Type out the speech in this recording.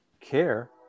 care